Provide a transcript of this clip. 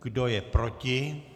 Kdo je proti?